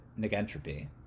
negentropy